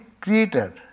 creator